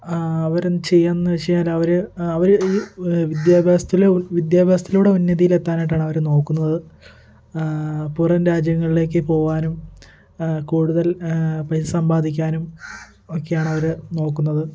അവര് എന്താ ചെയ്യുകയെന്ന് വെച്ച് കഴിഞ്ഞാല് അവര് അവര് ഈ വിദ്യാഭ്യാസത്തില് വിദ്യാഭ്യാസത്തിലൂടെ ഉന്നതിയിലെത്താനായിട്ടാണ് അവര് നോക്കുന്നത് പുറം രാജ്യങ്ങളിലേക്ക് പോകുവാനും കൂടുതൽ പൈസ സമ്പാദിക്കാനും ഒക്കെയാണ് അവര് നോക്കുന്നത്